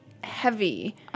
heavy